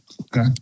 Okay